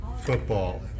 football